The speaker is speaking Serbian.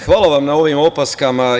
Hvala vam na ovim opaskama.